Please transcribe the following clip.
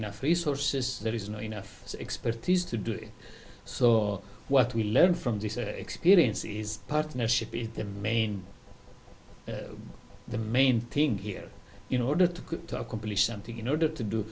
enough resources there isn't enough expertise to do it so what we learn from this experience is partnership is the main the main thing here in order to accomplish something in order to do